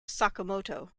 sakamoto